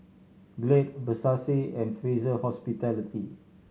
Glade Versace and Fraser Hospitality